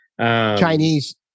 Chinese